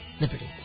Liberty